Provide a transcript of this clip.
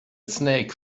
snake